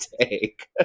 take